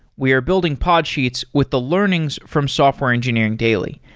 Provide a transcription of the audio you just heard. we are building podsheets with the learnings from software engineering daily,